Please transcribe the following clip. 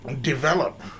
develop